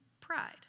pride